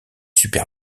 super